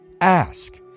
ask